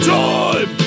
time